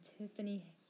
Tiffany